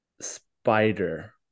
spider